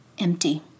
Empty